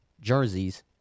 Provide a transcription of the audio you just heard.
jerseys